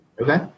Okay